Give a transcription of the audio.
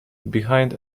behind